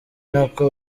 nako